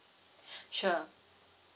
sure